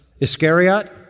Iscariot